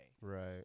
Right